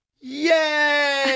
Yay